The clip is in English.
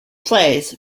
plays